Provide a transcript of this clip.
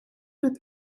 with